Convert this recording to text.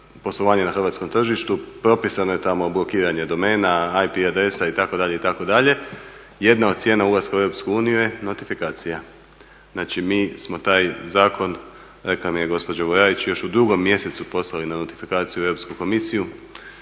poslovanje na hrvatskom tržištu. Propisano je tamo blokiranje domena, IP adresa itd., itd. Jedna od cijena ulaska u Europsku uniju je notifikacija. Znači mi smo taj zakon, rekla mi je gospođa … još u 2. mjesecu poslali na notifikaciju u Europsku